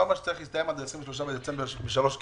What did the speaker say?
אתה אומר שהתקציב ל-2020 צריך להסתיים עד ה-23 בדצמבר בשלוש קריאות.